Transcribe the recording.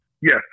Yes